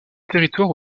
territoire